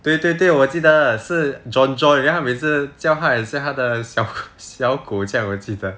对对对我记得了是 john john then 他每次叫他好像他的小小狗这样我记得